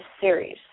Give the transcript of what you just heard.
series